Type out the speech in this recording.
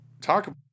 talk